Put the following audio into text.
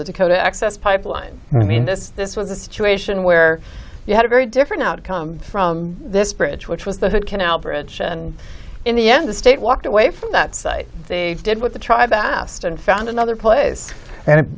the dakota access pipeline i mean this this was a situation where you had a very different outcome from this bridge which was the canal bridge and in the end the state walked away from that site they did with the tribe asked and found another place and it